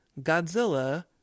Godzilla